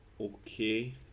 okay